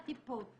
מה המדובב הזה